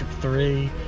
three